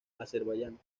azerbaiyán